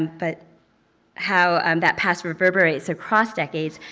but how um that past reverberates across decades,